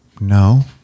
No